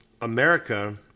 America